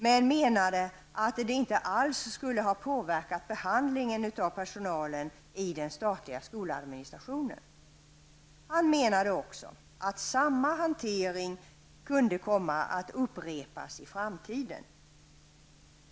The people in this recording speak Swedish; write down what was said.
Han menade dock att det inte alls skulle ha påverkat behandlingen av personalen i den statliga skoladministrationen. Han menade också att denna hantering kan komma att upprepas i framtiden.